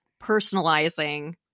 personalizing